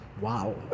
Wow